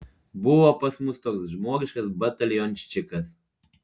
buvo pas mus toks žmogiškas batalionščikas